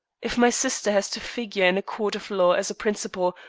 if my sister has to figure in a court of law as a principal,